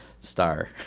star